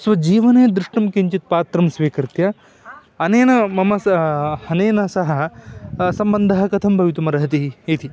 स्वजीवने दृष्टं किञ्चित् पात्रं स्वीकृत्य अनेन मम सा अनेन सह सम्बन्धः कथं भवितुमर्हति इति